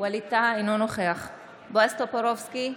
אינו נוכח בועז טופורובסקי,